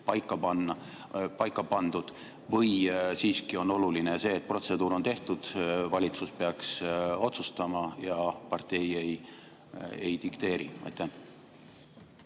paika pandud, või siiski on oluline see, et protseduur on tehtud, valitsus peaks otsustama ja partei ei dikteeri.